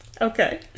Okay